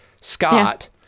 Scott